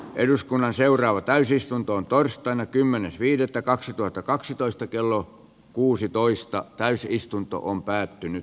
eduskunnan seuraava täysistuntoon torstaina kymmenes viidettä kaksituhattakaksitoista se olisi tehokas paketti